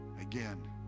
again